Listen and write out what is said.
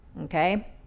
okay